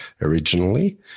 originally